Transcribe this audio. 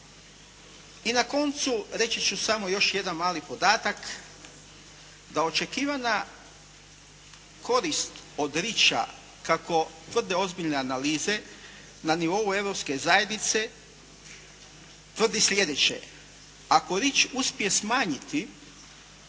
I na koncu reći ću samo još jedan mali podatak, da očekivana korist od "REACH-a" kako tvrde ozbiljne analize na nivou Europske zajednice tvrdi sljedeće. Ako "REACH" uspije smanjiti